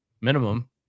minimum